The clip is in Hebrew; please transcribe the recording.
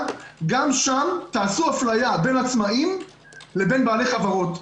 גם שם תעשו אפליה בין עצמאים לבעלי חברות?